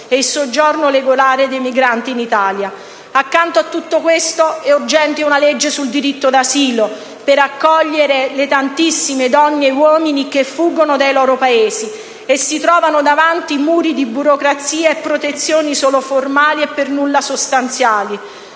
e il soggiorno regolare dei migranti in Italia. Accanto a tutto questo è urgente una legge sul diritto d'asilo, per accogliere le tantissime donne e gli uomini che fuggono dai loro Paesi e si trovano davanti muri di burocrazia e protezioni solo formali e per nulla sostanziali.